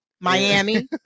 Miami